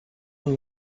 and